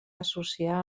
associar